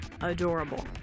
adorable